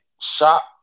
shop